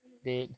mmhmm